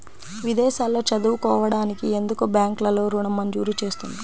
విదేశాల్లో చదువుకోవడానికి ఎందుకు బ్యాంక్లలో ఋణం మంజూరు చేస్తుంది?